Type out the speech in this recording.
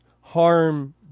harm